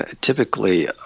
typically